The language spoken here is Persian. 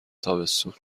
تابستون